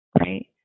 right